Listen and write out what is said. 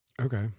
Okay